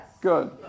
Good